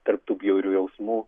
tarp tų bjaurių jausmų